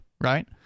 right